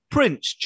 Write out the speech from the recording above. Prince